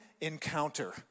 encounter